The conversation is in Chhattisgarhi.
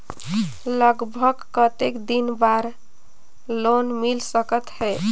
लगभग कतेक दिन बार लोन मिल सकत हे?